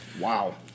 Wow